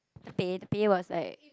the pay the pay was like